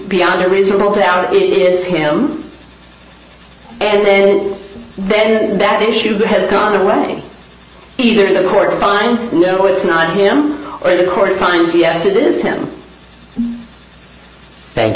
beyond a reasonable doubt it is him and then then that issue has gone away either the court finds no it's not him or the court finds yes it is him thank